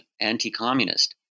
anti-communist